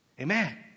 amen